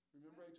Remember